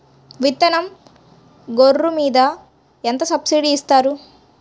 విత్తనం గొర్రు మీద ఎంత సబ్సిడీ ఇస్తారు?